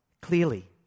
clearly